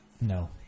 No